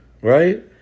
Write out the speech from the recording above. right